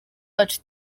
wacu